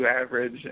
average